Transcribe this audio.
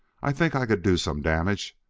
i think i could do some damage.